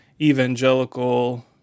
evangelical